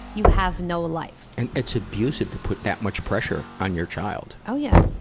you have no life. and it's abusive to put that much pressure on your child. oh yeah.